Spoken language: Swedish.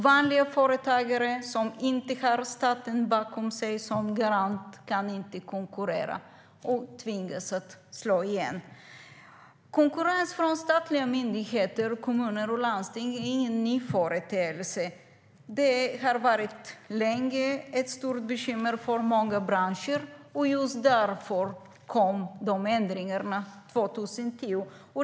Vanliga företagare, som inte har staten som garant bakom sig, kan alltså inte konkurrera utan tvingas slå igen. Konkurrens från statliga myndigheter, kommuner och landsting är ingen ny företeelse. Det har varit ett stort bekymmer för många branscher länge, och just därför kom ändringarna 2010.